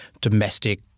domestic